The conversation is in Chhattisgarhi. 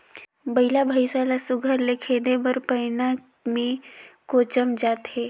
बइला भइसा ल सुग्घर ले खेदे बर पैना मे कोचल जाथे